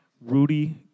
Rudy